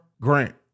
Grant